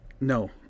No